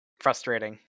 frustrating